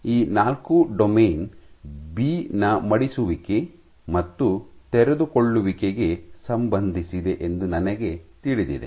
ಈ ನಾಲ್ಕು domain B ನ ಮಡಿಸುವಿಕೆ ಮತ್ತು ತೆರೆದುಕೊಳ್ಳುವಿಕೆಗೆ ಸಂಬಂಧಿಸಿದೆ ಎಂದು ನನಗೆ ತಿಳಿದಿದೆ